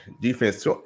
defense